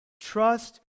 trust